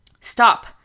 Stop